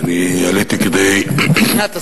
אני עליתי כדי, הגנת הסביבה.